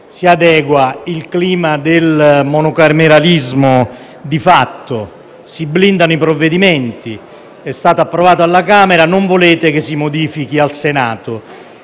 si adegua) il clima del monocameralismo di fatto. Si blindano i provvedimenti: è stata approvato alla Camera e non volete che si modifichi al Senato.